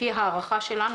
לפי ההערכה שלנו,